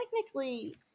technically